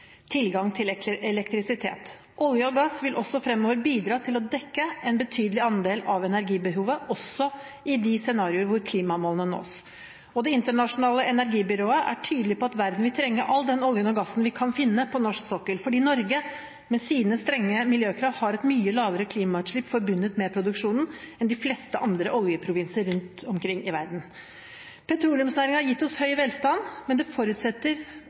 tilgang til elektrisitet. Olje og gass vil også fremover bidra til å dekke en betydelig andel av energibehovet, også i de scenarioer hvor klimamålene nås. Det internasjonale energibyrået er tydelig på at verden vil trenge all den oljen og gassen vi kan finne på norsk sokkel, fordi Norge, med sine strenge miljøkrav, har et mye lavere klimagassutslipp forbundet med produksjonen enn de fleste andre oljeprovinser rundt omkring i verden. Petroleumsnæringen har gitt oss høy velstand, men